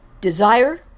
Desire